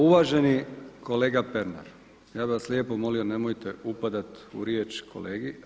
Uvaženi kolega Pernar, ja bi vas lijepo molim nemojte upadati u riječ kolegi.